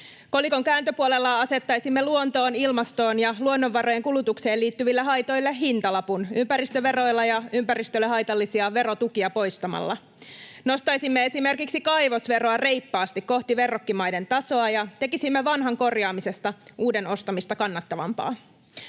Kolikon kääntöpuolella asettaisimme luontoon, ilmastoon ja luonnonvarojen kulutukseen liittyville haitoille hintalapun ympäristöveroilla ja ympäristölle haitallisia verotukia poistamalla. Nostaisimme esimerkiksi kaivosveroa reippaasti kohti verrokkimaiden tasoa ja tekisimme vanhan korjaamisesta uuden ostamista kannattavampaa.